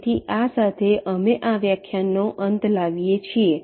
તેથી આ સાથે અમે આ વ્યાખ્યાનનો અંત લાવી એ છીએ